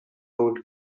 old